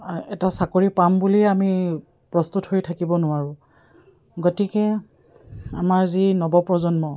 এটা চাকৰি পাম বুলি আমি প্ৰস্তুত হৈ থাকিব নোৱাৰোঁ গতিকে আমাৰ যি নৱপ্ৰজন্ম